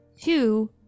Two